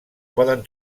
poden